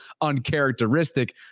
uncharacteristic